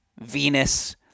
Venus